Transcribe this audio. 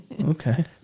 Okay